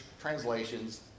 translations